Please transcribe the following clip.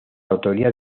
autoría